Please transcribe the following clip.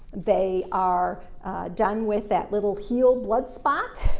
they are done with that little heel blood spot,